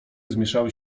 zmieszały